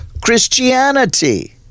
Christianity